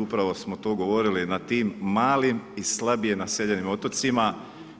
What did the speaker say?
Upravo smo to govorili na tim malim i slabije naseljenim otocima